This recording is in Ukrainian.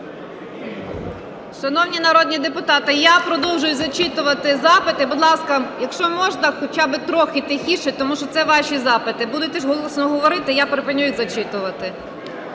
Шановні народні депутати, я продовжую зачитувати запити, будь ласка, якщо можна, хоча би трохи тихіше, тому що це ваші запити. Будете голосно говорити, я припиню їх зачитувати.